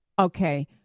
Okay